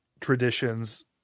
traditions